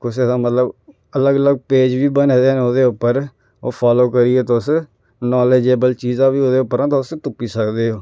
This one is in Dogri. कुसे दा मतलब अलग अलग पेज बी बने दे न उ'दे उप्पर ओह् फालो करिये तुस नालेजएवल चीजां बी तुस तुप्पी सकदे ओ